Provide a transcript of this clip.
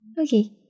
Okay